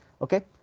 Okay